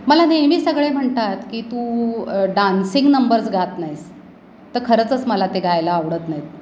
मला नेहमी सगळे म्हणतात की तू डान्सिंग नंबर्स गात नाहीस तर खरंच मला ते गायला आवडत नाहीत